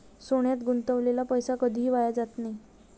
सोन्यात गुंतवलेला पैसा कधीही वाया जात नाही